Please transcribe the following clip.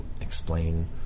explain